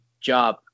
job